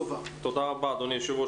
תודה רבה, אדוני היושב ראש.